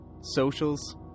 socials